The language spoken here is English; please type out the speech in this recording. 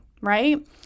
right